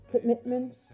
commitment